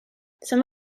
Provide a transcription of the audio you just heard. some